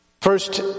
First